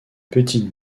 petite